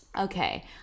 okay